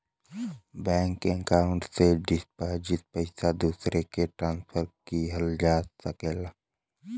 bank account से deposit पइसा दूसरे के ट्रांसफर किहल जा सकला